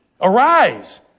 Arise